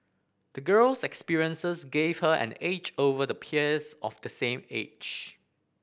the girl's experiences gave her an edge over her peers of the same age